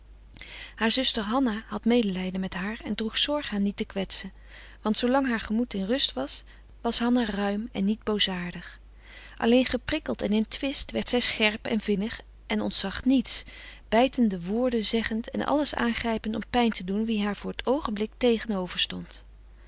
haar zuster hanna had medelijden met haar en droeg zorg haar niet te kwetsen want zoolang haar gemoed in rust was was hanna ruim en niet boosaardig alleen frederik van eeden van de koele meren des doods geprikkeld en in twist werd zij scherp en vinnig en ontzag niets bijtende woorden zeggend en alles aangrijpend om pijn te doen wie haar voor t oogenblik tegen over stond